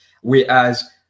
whereas